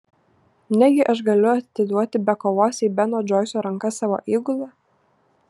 negi aš galiu atiduoti be kovos į beno džoiso rankas savo įgulą